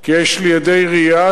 כי יש לי עדי ראייה,